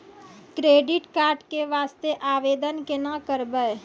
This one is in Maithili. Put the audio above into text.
क्रेडिट कार्ड के वास्ते आवेदन केना करबै?